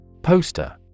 Poster